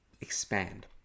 expand